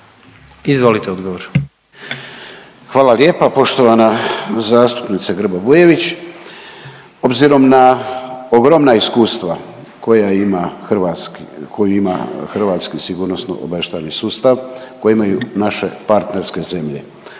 Tomo (HDZ)** Hvala lijepa. Poštovana zastupnice Grba Bujević, obzirom na ogromna iskustava koja ima, koju ima hrvatski sigurnosno obavještajni sustav, koje imaju naše partnerske zemlje,